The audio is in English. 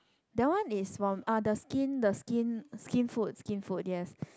that one is from uh the skin the skin Skinfood Skinfood yes